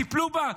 טיפלו בה?